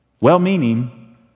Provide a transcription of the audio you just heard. Well-meaning